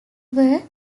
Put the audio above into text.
were